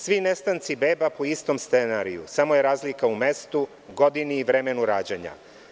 Svi nestanci beba po istom scenariju, samo je razlika u mestu, godini i vremenu rađanja.